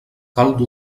caldo